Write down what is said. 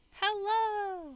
Hello